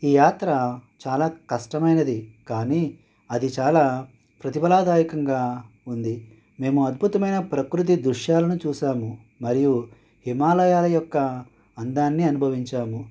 ఈ యాత్ర చాలా కష్టమైనది కానీ అది చాలా ప్రతిఫలదాయకంగా ఉంది మేము అద్భుతమైన ప్రకృతి దృశ్యాలను చూసాము మరియు హిమాలయాల యొక్క అందాన్ని అనుభవించాము